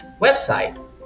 website